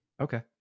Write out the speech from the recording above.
Okay